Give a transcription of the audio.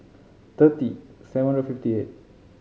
thirty seven hundred fifty eight